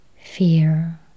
fear